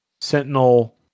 Sentinel